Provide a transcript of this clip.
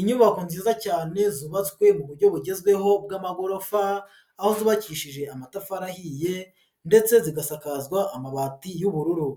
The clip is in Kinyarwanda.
Inyubako nziza cyane zubatswe mu buryo bugezweho bw'amagorofa, aho zubakishije amatafari ahiye ndetse zigasakazwa amabati y'ubururu,